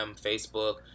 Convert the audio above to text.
Facebook